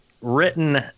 written